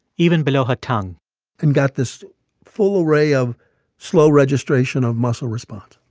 even below her tongue and got this full array of slow registration of muscle response.